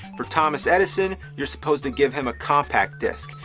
for thomas edison, you are supposed to give him a compact disk.